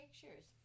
pictures